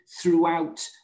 throughout